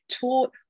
taught